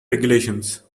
regulations